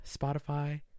spotify